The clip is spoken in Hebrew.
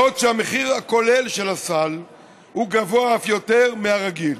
בעוד מחיר הכולל של הסל גבוה אף יותר מהרגיל,